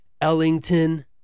Ellington